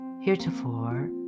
heretofore